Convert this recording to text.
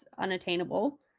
unattainable